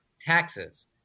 taxes